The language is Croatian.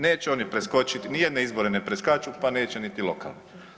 Neće oni preskočiti, nijedne izbore ne preskaču pa neće niti lokalne.